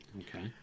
Okay